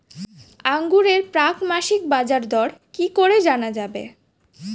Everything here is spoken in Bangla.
আঙ্গুরের প্রাক মাসিক বাজারদর কি করে জানা যাবে?